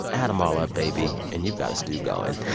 add em all up, baby, and you've got a stew going